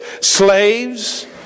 Slaves